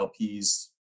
LPs